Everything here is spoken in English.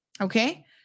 Okay